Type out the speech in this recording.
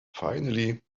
finally